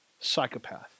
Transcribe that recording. psychopath